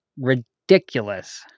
ridiculous